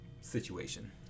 situation